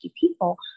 people